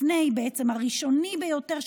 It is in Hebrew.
לפני הראשוני ביותר,